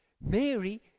Mary